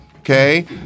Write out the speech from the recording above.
Okay